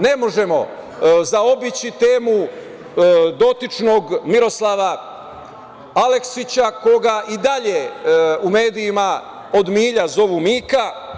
Ne možemo zaobići temu dotičnog Miroslava Aleksića, koga i dalje u medijima od milja zovu Mika.